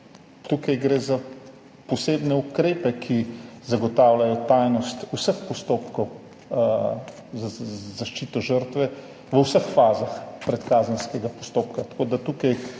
Tukaj gre za posebne ukrepe, ki zagotavljajo tajnost vseh postopkov za zaščito žrtve v vseh fazah predkazenskega postopka.